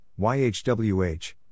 YHWH